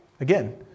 Again